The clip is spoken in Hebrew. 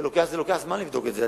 ולוקח זמן לבדוק את זה.